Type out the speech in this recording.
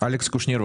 אלכס קושניר,